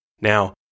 Now